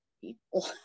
people